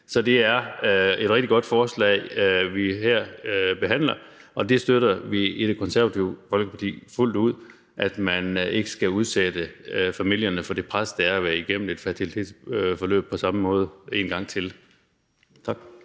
Så det er et rigtig godt forslag, vi her behandler, og vi støtter fuldt ud i Det Konservative Folkeparti, at man ikke en gang til skal udsætte familierne for det pres, det er at gå igennem et fertilitetsforløb. Tak.